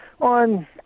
on